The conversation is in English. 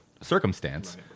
circumstance